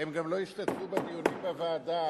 הם גם לא השתתפו בדיונים בוועדה.